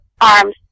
arms